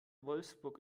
wolfsburg